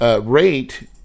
Rate